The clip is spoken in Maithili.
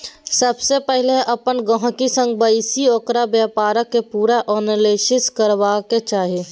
सबसँ पहिले अपन गहिंकी संग बैसि ओकर बेपारक पुरा एनालिसिस करबाक चाही